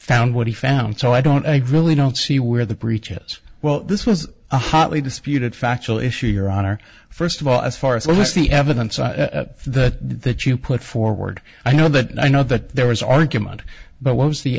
found what he found so i don't i really don't see where the breach it well this was a hotly disputed factual issue your honor first of all as far as all this the evidence that that you put forward i know that i know that there was argument but what was the